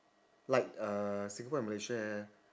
like uh singapore and malaysia